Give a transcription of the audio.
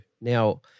Now